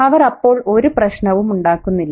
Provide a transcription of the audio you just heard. അവർ അപ്പോൾ ഒരു പ്രശ്നവും ഉണ്ടാക്കുന്നില്ല